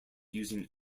using